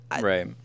Right